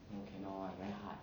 no cannot very hard